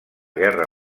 guerra